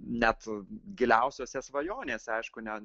net giliausiose svajonėse aišku net